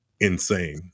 Insane